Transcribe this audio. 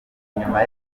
inyuma